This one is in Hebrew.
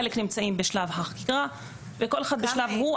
חלק נמצאים בשלב החקירה וכל אחד בשלב שלו.